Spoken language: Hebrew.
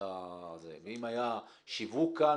ואם היה שיווק כאן,